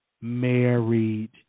married